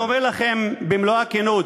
אני אומר לכם במלוא הכנות: